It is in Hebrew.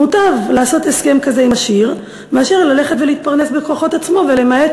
מוטב לעשות הסכם כזה עם עשיר מאשר ללכת ולהתפרנס בכוחות עצמו ולמעט